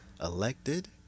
Elected